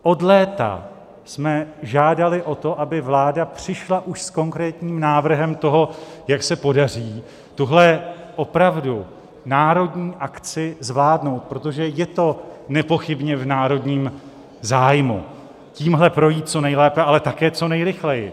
Od léta jsme žádali o to, aby vláda přišla už s konkrétním návrhem toho, jak se podaří tuhle opravdu národní akci zvládnout, protože je to nepochybně v národním zájmu tímhle projít co nejlépe, ale také co nejrychleji.